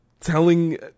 telling